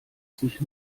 sich